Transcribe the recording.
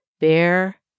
Bear